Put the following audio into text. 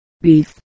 beef